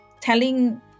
telling